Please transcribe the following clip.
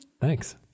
Thanks